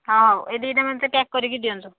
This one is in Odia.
ହଁ ହଉ ଏ ଦୁଇଟା ମୋତେ ପ୍ୟାକ୍ କରିକି ଦିଅନ୍ତୁ